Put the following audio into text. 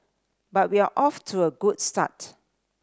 but we're off to a good start